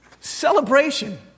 Celebration